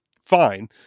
fine